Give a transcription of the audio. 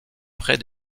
près